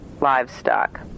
livestock